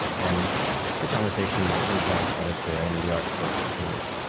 and the conversation moves on to other terrain, and the art tour continues.